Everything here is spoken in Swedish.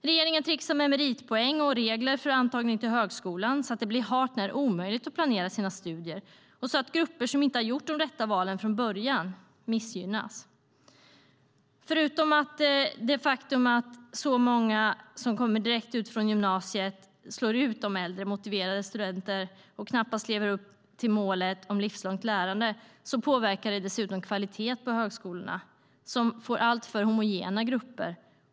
Regeringen tricksar med meritpoäng och regler för antagning till högskolan så att det blir hart när omöjligt att planera sina studier och så att grupper som inte gjort de rätta valen från början missgynnas. Förutom det faktum att de som kommit direkt från gymnasiet slår ut äldre motiverade studenter och knappast lever upp till målet om livslångt lärande påverkar det dessutom kvaliteten på högskolorna som får alltför homogena grupper.